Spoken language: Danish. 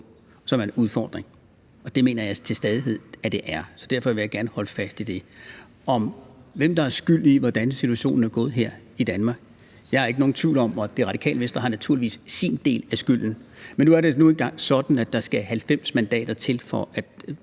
som er en udfordring, og det mener jeg stadig væk det er. Så derfor vil jeg gerne holde fast i det. Hvem er skyld i, hvordan det er gået Danmark? Det Radikale Venstre har naturligvis en del af skylden, men nu er det engang sådan, at der skal 90 mandater til at